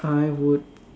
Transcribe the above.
I would